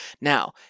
Now